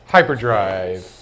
Hyperdrive